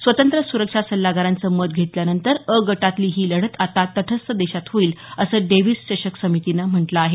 स्वतंत्र सुरक्षा सल्लागारांचं मत घेतल्यानंतर अ गटातील ही लढत आता तटस्थ देशात होईल असं डेव्हीस चषक समितीनं म्हटलं आहे